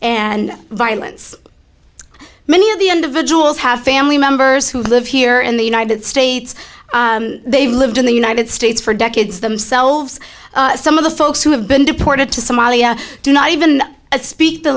and violence many of the individuals have family members who live here in the united states they lived in the united states for decades themselves some of the folks who have been deported to somalia do not even speak the